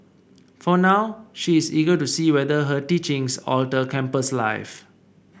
for now she is eager to see whether her teachings alter campus life